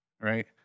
right